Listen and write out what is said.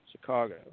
Chicago